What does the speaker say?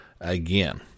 again